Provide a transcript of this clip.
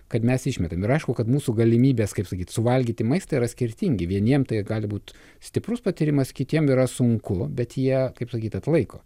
kad mes išmetam ir aišku kad mūsų galimybės kaip sakyt suvalgyti maistą yra skirtingi vieniem tai gali būt stiprus patyrimas kitiem yra sunku bet jie kaip sakyt atlaiko